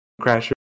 crasher